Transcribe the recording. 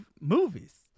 movies